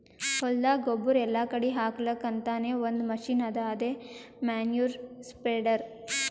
ಹೊಲ್ದಾಗ ಗೊಬ್ಬುರ್ ಎಲ್ಲಾ ಕಡಿ ಹಾಕಲಕ್ಕ್ ಅಂತಾನೆ ಒಂದ್ ಮಷಿನ್ ಅದಾ ಅದೇ ಮ್ಯಾನ್ಯೂರ್ ಸ್ಪ್ರೆಡರ್